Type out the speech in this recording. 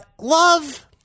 Love